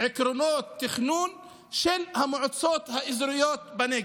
עקרונות תכנון של המועצות האזוריות בנגב.